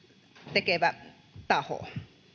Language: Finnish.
tekevä taho